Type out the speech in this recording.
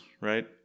right